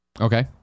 Okay